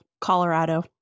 Colorado